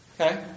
Okay